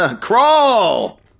Crawl